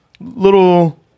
little